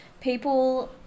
people